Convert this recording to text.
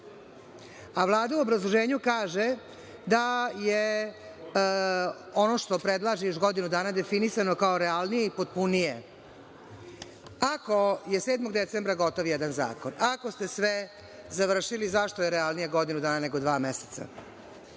meseca. Vlada u obrazloženju kaže da je ono što predlaže – još godinu dana, definisano kao realnije i potpunije. Ako je 7. decembra gotov jedan zakon, ako ste sve završili, zašto je realnije godinu dana nego dva meseca? Zašto